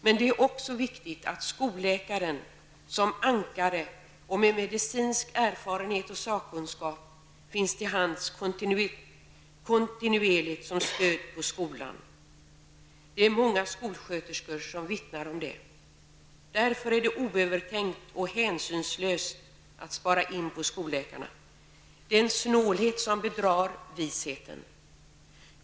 Men det är också viktigt att skolläkaren, som ankare och med medicinsk erfarenhet och sakkunskap, finns till hands kontinuerligt som stöd på skolan. Det är många skolsköterskor som vittnar om det. Därför är det oövertänkt och hänsynslöst att spara in på skolläkarna. Det är en snålhet som bedrar visheten.